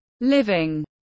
living